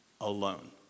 alone